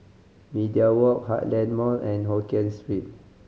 Media Walk Heartland Mall and Hokkien Street